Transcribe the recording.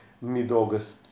mid-August